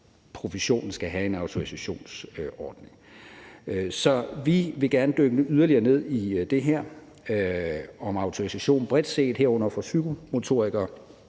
professionen skal have en autorisationsordning. Så vi vil gerne dykke yderligere ned i det her om autorisation bredt set, herunder for psykomotorikere,